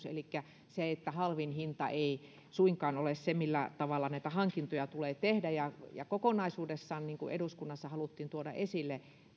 elikkä se että halvin hinta ei suinkaan ole se millä tavalla näitä hankintoja tulee tehdä kokonaisuudessaan eduskunnassa haluttiin tuoda esille